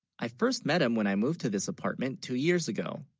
i first met him when i moved to this apartment two years ago?